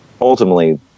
ultimately